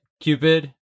Cupid